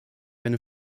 eine